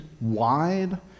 wide